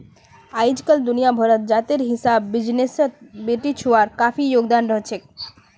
अइजकाल दुनिया भरत जातेर हिसाब बिजनेसत बेटिछुआर काफी योगदान रहछेक